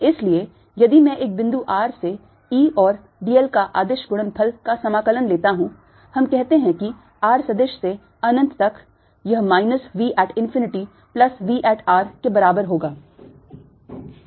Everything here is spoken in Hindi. इसलिए यदि मैं एक बिंदु r से E और dl का अदिश गुणनफल का समाकलन लेता हूं हम कहते हैं कि r सदिश से अनंत तक यह minus V at infinity plus V at r के बराबर होगा